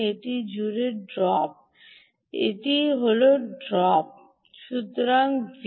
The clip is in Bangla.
এটি জুড়ে ড্রপ এটি হল ড্রপটি জুড়ে V